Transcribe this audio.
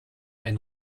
ein